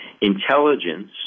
intelligence